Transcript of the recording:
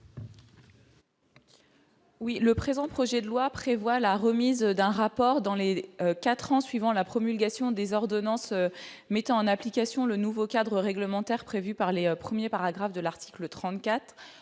Oui, le présent projet de loi prévoit la remise d'un rapport dans les 4 ans suivant la promulgation des ordonnances mettant en application le nouveau cadre réglementaire prévue par les premiers paragraphes de l'article 34